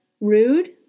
rude